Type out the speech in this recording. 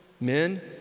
men